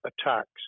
attacks